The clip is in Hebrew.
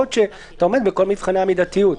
ולהראות שאתה עומד בכל מבחני המידתיות.